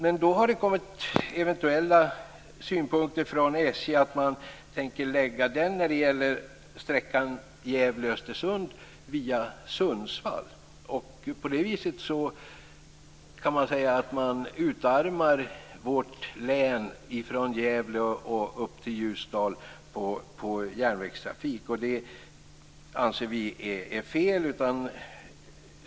Men det har kommit synpunkter från SJ om att man eventuellt tänker lägga sträckan Gävle-Östersund via Sundsvall. Vi kan säga att man på det viset utarmar vårt län från Gävle och upp till Ljusdal på järnvägstrafik. Det anser vi är fel.